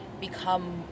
become